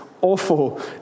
awful